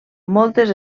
moltes